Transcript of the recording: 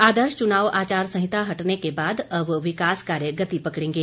आदर्श चुनाव आचार संहिता हटने के बाद अब विकास कार्य गति पकड़ेंगे